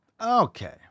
okay